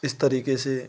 इस तरीके से